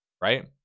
right